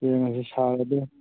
ꯌꯦꯡꯉꯁꯤ ꯁꯥꯕꯗꯨ